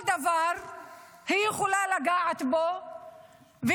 ובכל דבר היא יכולה לגעת ולהגיד,